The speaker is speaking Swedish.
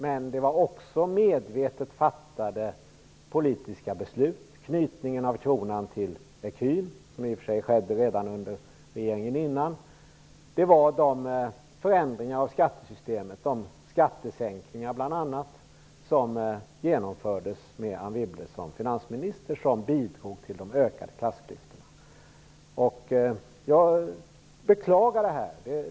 Men det var också medvetet fattade politiska beslut som bidrog till de ökade klassklyftorna, t.ex. knytningen av kronan till ecun - som skedde i och för sig redan under regeringen innan - de förändringar av skattesystemet - bl.a. skattesänkningar - som genomfördes när Anne Wibble var finansminister. Jag beklagar detta.